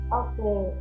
okay